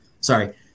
sorry